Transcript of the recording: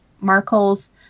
Markle's